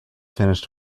finished